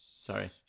Sorry